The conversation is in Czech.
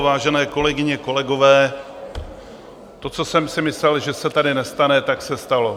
Vážené kolegyně, kolegové, to, co jsem si myslel, že se tady nestane, tak se stalo.